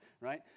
Right